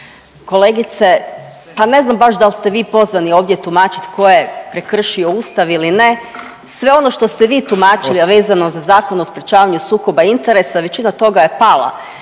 Kolegice, pa ne znam baš dal ste vi pozvani ovdje tumačit ko je prekršio ustav ili ne, sve ono što ste vi tumačili, a vezano za Zakon o sprječavanju sukoba interesa, većina toga je pala